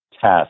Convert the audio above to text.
test